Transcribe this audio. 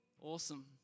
Awesome